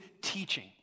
teaching